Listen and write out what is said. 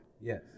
Yes